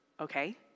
okay